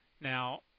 Now –